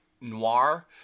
noir